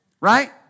Right